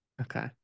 Okay